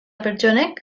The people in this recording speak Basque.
pertsonek